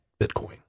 Bitcoin